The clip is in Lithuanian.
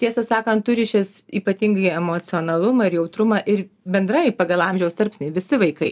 tiesą sakant turi šis ypatingai emocionalumą ir jautrumą ir bendrai pagal amžiaus tarpsnį visi vaikai